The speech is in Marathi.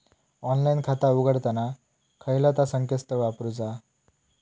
ऑनलाइन खाता उघडताना खयला ता संकेतस्थळ वापरूचा?